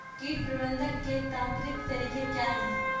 कीट प्रबंधक के यांत्रिक तरीके क्या हैं?